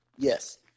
Yes